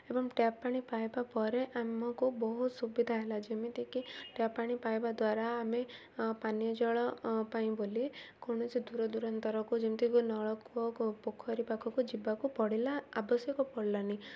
ଏବଂ ଟ୍ୟାପ୍ ପାଣି ପାଇବା ପରେ ଆମକୁ ବହୁତ ସୁବିଧା ହେଲା ଯେମିତିକି ଟ୍ୟାପ୍ ପାଣି ପାଇବା ଦ୍ୱାରା ଆମେ ପାନୀୟ ଜଳ ପାଇଁ ବୋଲି କୌଣସି ଦୂରଦୂରାନ୍ତରକୁ ଯେମିତିକ ନଳକୂଅ ପୋଖରୀ ପାଖକୁ ଯିବାକୁ ପଡ଼ିଲା ଆବଶ୍ୟକ ପଡ଼ିଲାନି